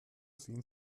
sehen